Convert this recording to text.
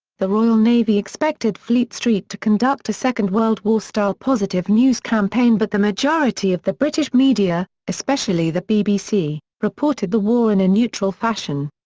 the royal navy expected fleet street to conduct a second world war-style positive news campaign but the majority majority of the british media, especially the bbc, reported the war in a neutral fashion.